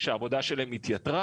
שהעבודה שלהם התייתרה,